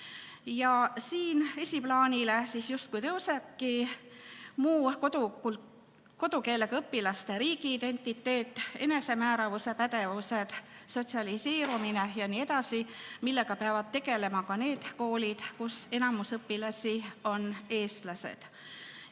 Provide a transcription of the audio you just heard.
Ja esiplaanile justkui tõusebki muu kodukeelega õpilaste riigiidentiteet, enesemääramise pädevused, sotsialiseerumine jne, millega peavad tegelema ka need koolid, kus enamik õpilasi on eestlased.